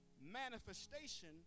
manifestation